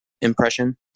impression